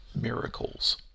miracles